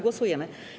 Głosujemy.